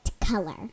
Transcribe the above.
color